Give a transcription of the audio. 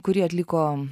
kurį atliko